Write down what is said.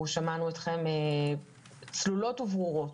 שמענו אתכם צלולות וברורות.